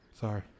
Sorry